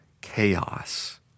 chaos